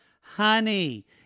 honey